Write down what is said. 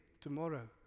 tomorrow